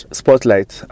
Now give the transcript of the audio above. spotlight